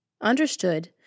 Understood